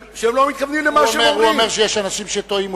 הוא אומר שיש אנשים שטועים.